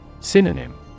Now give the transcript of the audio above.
Synonym